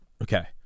Okay